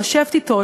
לשבת אתו,